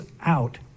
out